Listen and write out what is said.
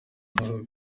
nkuru